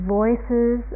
voices